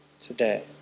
today